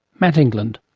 matt england.